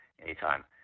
anytime